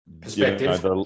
Perspective